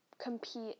compete